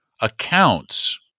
accounts